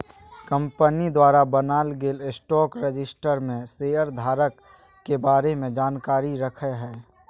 company द्वारा बनाल गेल स्टॉक रजिस्टर में शेयर धारक के बारे में जानकारी रखय हइ